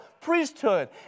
priesthood